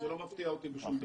אז זה לא מפתיע אותי בשום דבר.